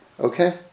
okay